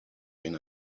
been